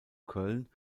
köln